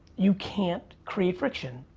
you can't create friction.